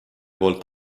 poolt